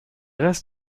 rest